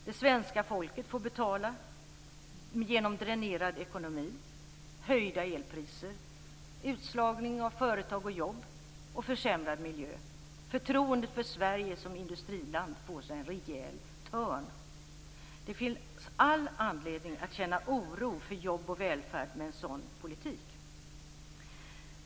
Det svenska folket får betala genom dränerad ekonomi, höjda elpriser, utslagning av företag och jobb samt försämrad miljö. Förtroendet för Sverige som industriland får sig en rejäl törn. Det finns all anledning att känna oro för jobb och välfärd med en sådan politik!